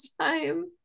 time